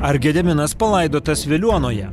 ar gediminas palaidotas veliuonoje